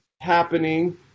happening